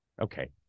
Okay